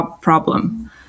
problem